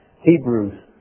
Hebrews